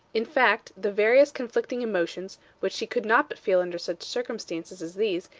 in fact, the various conflicting emotions which she could not but feel under such circumstances as these,